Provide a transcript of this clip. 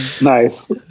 nice